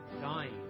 dying